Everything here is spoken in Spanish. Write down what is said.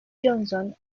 johnson